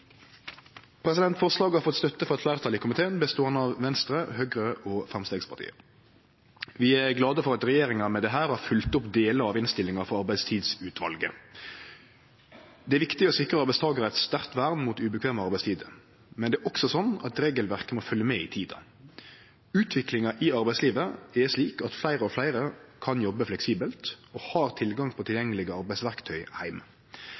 støtte frå eit fleirtal i komiteen, som består av Venstre, Høgre og Framstegspartiet. Vi er glade for at regjeringa med dette har følgt opp delar av innstillinga frå Arbeidstidsutvalet. Det er viktig å sikre arbeidstakarar eit sterkt vern mot ukomfortable arbeidstider.. Men det er også slik at regelverket må følgje med i tida. Utviklinga i arbeidslivet er slik at fleire og fleire kan jobbe fleksibelt og har tilgang på